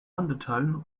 undertone